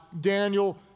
Daniel